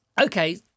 okay